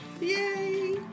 Yay